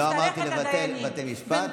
אני לא אמרתי לבטל את בתי המשפט,